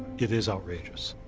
it is outrageous.